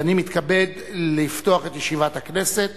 ואני מתכבד לפתוח את ישיבת הכנסת.